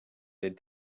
des